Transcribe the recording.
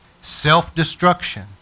self-destruction